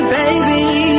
baby